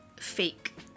fake